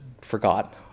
forgot